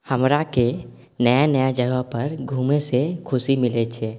हमराके नया नया जगहपर घुमयसँ खुशी मिलैत छै